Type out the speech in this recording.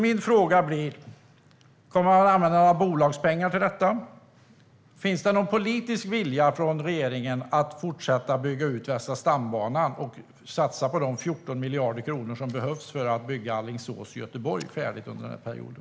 Mina frågor blir: Kommer man att använda några bolagspengar till detta? Finns det någon politisk vilja från regeringen att fortsätta bygga ut Västra stambanan och satsa de 14 miljarder kronor som behövs för att bygga Alingsås-Göteborg färdigt under den här perioden?